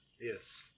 Yes